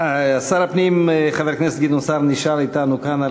שר הפנים חבר הכנסת גדעון סער נשאר אתנו כאן על